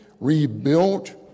rebuilt